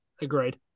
Agreed